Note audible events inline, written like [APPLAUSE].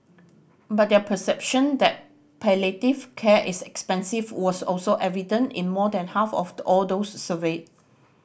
but their perception that palliative care is expensive was also evident in more than half of [UNINTELLIGIBLE] all those surveyed